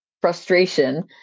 frustration